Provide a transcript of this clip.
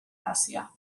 fascia